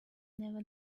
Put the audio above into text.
never